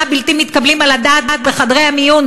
הבלתי מתקבלים על הדעת בחדרי המיון,